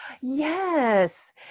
Yes